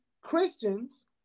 Christians